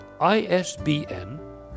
ISBN